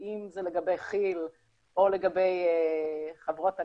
ואם זה לגבי כיל או לגבי חברות הנפט,